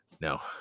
No